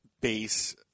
base